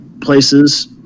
places